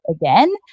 again